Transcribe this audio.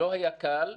לא היה קל.